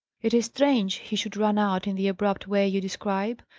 it is strange he should run out in the abrupt way you describe,